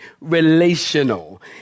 relational